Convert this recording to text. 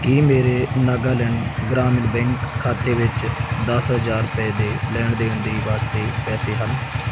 ਕੀ ਮੇਰੇ ਨਾਗਾਲੈਂਡ ਗ੍ਰਾਮੀਣ ਬੈਂਕ ਖਾਤੇ ਵਿੱਚ ਦਸ ਹਜ਼ਾਰ ਰੁਪਏ ਦੇ ਲੈਣ ਦੇਣ ਦੇ ਵਾਸਤੇ ਪੈਸੇ ਹਨ